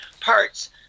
parts